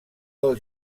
del